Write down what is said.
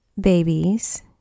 babies